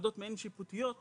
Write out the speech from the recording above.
בוועדות מעין שיפוטיות בפרט,